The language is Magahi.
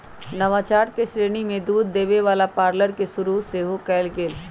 नवाचार के श्रेणी में दूध देबे वला पार्लर के शुरु सेहो कएल गेल